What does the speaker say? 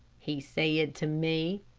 he said to me.